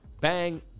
bang